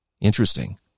Interesting